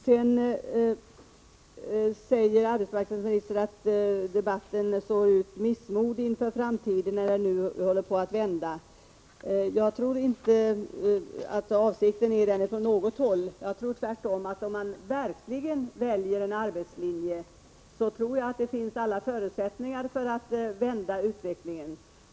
Sedan säger arbetsmarknadsministern att debatten sår ut missmod inför framtiden, när läget nu håller på att vända. Jag tror inte att man har den avsikten från något håll. Tvärtom tror jag att om man verkligen väljer en arbetslinje, så finns det alla förutsättningar för att vända utvecklingen.